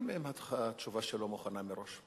גם אם התשובה שלו מוכנה מראש.